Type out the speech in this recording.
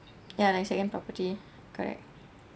ya like second property correct